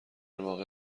واقع